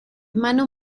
manos